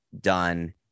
done